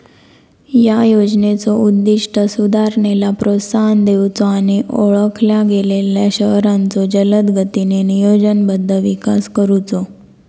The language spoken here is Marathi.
या योजनेचो उद्दिष्ट सुधारणेला प्रोत्साहन देऊचो आणि ओळखल्या गेलेल्यो शहरांचो जलदगतीने नियोजनबद्ध विकास करुचो